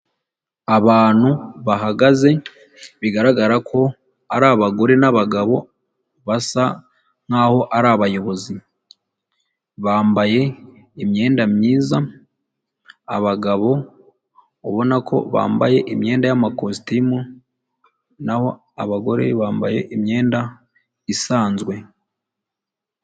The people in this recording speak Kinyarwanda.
Abantu bahagaze bigaragara ko ari abagore n'abagabo basa nkaho ari abayobozi, bambaye imyenda myiza abagabo ubona ko bambaye imyenda y'amakositimu n'aho abagore bambaye imyenda isanzwe.